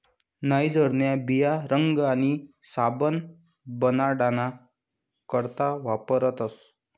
नाइजरन्या बिया रंग आणि साबण बनाडाना करता वापरतस